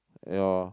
ya